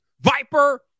Viper